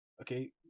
Okay